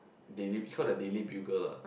daily it's called the daily bugle lah